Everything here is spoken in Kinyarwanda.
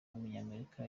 w’umunyamerika